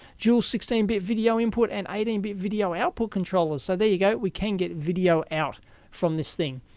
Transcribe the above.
dual sixteen bit video input and eighteen bit video output controllers. so there you go, we can get video out from this thing.